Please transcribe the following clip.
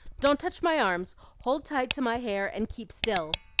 don't touch my arms hold tight to my hair, and keep still.